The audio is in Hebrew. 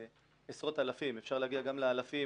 אפשר להגיע גם לאלפים,